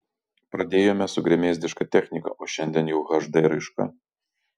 pradėjome su gremėzdiška technika o šiandien jau hd raiška